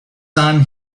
son